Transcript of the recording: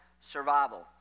Survival